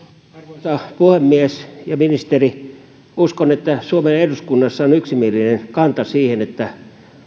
arvoisa puhemies ja ministeri uskon että suomen eduskunnassa on yksimielinen kanta siihen että